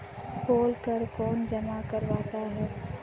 पोल कर कौन जमा करवाता है?